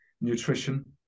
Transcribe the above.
nutrition